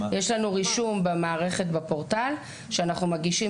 יש לנו רישום במערכת בפורטל שאנחנו מגישים